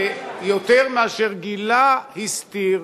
יותר מאשר גילה הסתיר,